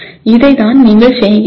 இதைத்தான் நீங்கள் செய்கிறீர்கள்